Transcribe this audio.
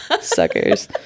suckers